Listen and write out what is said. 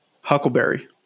Huckleberry